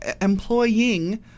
employing